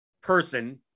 person